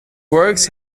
works